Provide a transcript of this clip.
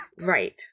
Right